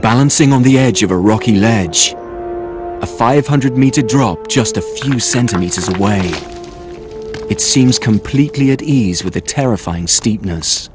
balancing on the edge of a rocky ledge a five hundred meter drop just a few centimeters away it seems completely at ease with a terrifying steep n